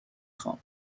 خوام